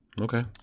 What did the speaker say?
Okay